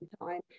time